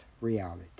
reality